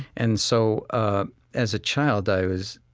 and so ah as a child i was,